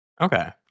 okay